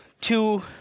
two